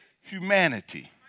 humanity